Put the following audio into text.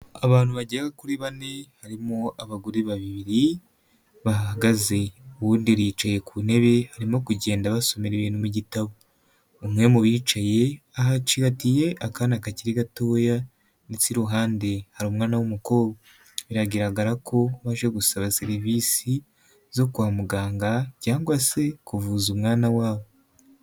Abantu bagera kuri bane harimo abagore babiri bahagaze ubundi bicaye ku ntebe barimo kugenda basomera ibintu mu gitabo umwe mu bicaye ahaciradiye akana kakiri gatoya ndetse iruhande hari umwanawana w'umukobwa biragaragara ko baje gusaba serivisi zo kwa muganga cyangwa se kuvuza umwana wabo.